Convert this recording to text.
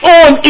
on